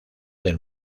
del